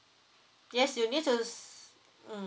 yes you need to mm